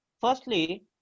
Firstly